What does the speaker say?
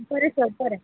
बरें सर बरें